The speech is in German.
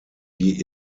wie